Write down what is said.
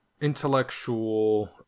intellectual